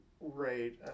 right